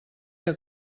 que